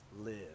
live